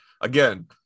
Again